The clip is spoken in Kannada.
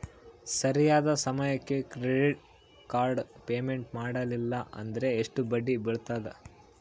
ಸರಿಯಾದ ಸಮಯಕ್ಕೆ ಕ್ರೆಡಿಟ್ ಕಾರ್ಡ್ ಪೇಮೆಂಟ್ ಮಾಡಲಿಲ್ಲ ಅಂದ್ರೆ ಎಷ್ಟು ಬಡ್ಡಿ ಬೇಳ್ತದ?